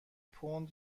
پوند